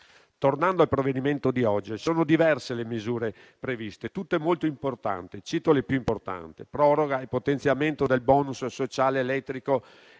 Tornando al provvedimento di oggi, sono diverse le misure previste, tutte molto importanti. Cito le più importanti: proroga e potenziamento del bonus sociale elettrico